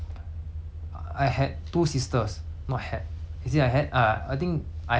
is it I had ah I think I had two sisters but then hor but one of the sister like